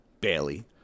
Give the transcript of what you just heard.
Bailey